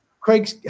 Craig